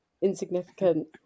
insignificant